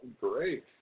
Great